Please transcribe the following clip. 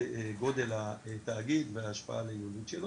גודל התאגיד וההשפעה על היעילות שלו,